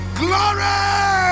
glory